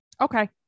Okay